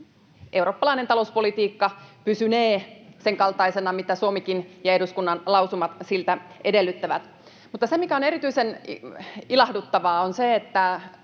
eurooppalainen talouspolitiikka pysynee sen kaltaisena, mitä Suomikin ja eduskunnan lausumat siltä edellyttävät. Mutta se, mikä on erityisen ilahduttavaa, on se, että